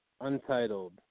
untitled